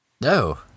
No